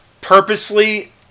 purposely